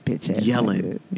yelling